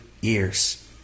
years